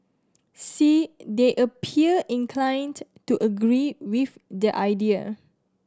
see they appear inclined to agree with the idea